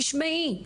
תשמעי,